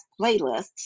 playlists